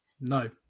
No